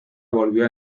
volvió